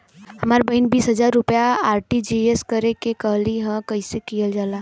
हमर बहिन बीस हजार रुपया आर.टी.जी.एस करे के कहली ह कईसे कईल जाला?